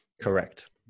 Correct